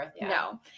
No